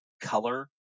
color